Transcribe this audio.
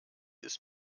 ist